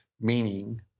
meaning